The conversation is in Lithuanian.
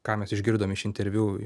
ką mes išgirdom iš interviu